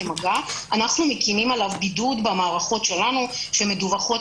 אנחנו מקימים עליו בידוד במערכות שלנו שמדווחות,